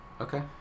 Okay